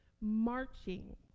marching